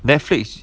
netflix